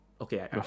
Okay